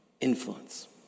influence